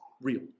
real